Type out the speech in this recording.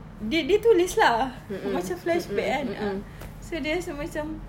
dia dia tulis lah buat macam flashback kan ah so dia rasa macam